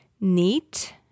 neat